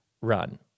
run